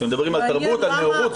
שמדברים על תרבות ועל נאורות.